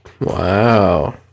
Wow